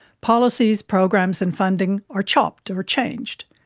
policies, programs and funding are chopped or changed.